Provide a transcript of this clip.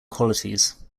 qualities